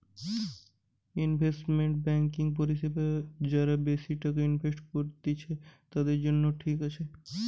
investment banking পরিষেবা যারা বেশি টাকা ইনভেস্ট করত্তিছে, তাদের জন্য ঠিক আছে